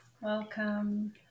Welcome